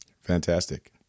Fantastic